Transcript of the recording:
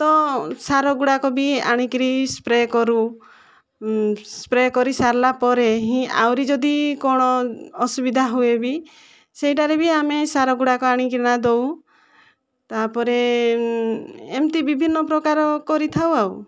ତ ସାର ଗୁଡ଼ାକ ବି ଆଣି ସ୍ପ୍ରେ କରୁ ସ୍ପ୍ରେ କରିସାରିଲାପରେ ହିଁ ଆହୁରି ଯଦି କ'ଣ ଅସୁବିଧା ହୁଏ ବି ସେହିଟାରେ ଆମେ ସାର ଗୁଡ଼ାକ ଆଣିକିନା ଦେଉ ତା'ପରେ ଏମିତି ବିଭିନ୍ନ ପ୍ରକାର କରିଥାଉ ଆଉ